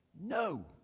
No